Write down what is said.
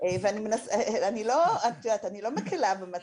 ואני לא, את יודעת אני לא מקלה במצב.